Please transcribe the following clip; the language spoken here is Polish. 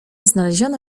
znaleziono